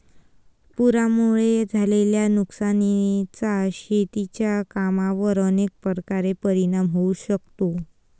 पुरामुळे झालेल्या नुकसानीचा शेतीच्या कामांवर अनेक प्रकारे परिणाम होऊ शकतो